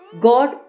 God